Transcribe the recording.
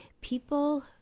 people